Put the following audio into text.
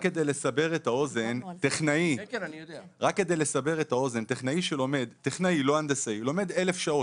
רק כדי לסבר את האוזן, טכנאי שלומד 1,000 שעות,